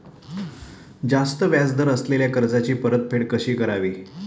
जास्त व्याज दर असलेल्या कर्जाची परतफेड कशी करावी?